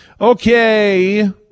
Okay